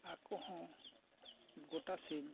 ᱟᱠᱚ ᱦᱚᱸ ᱜᱚᱴᱟ ᱥᱮᱫ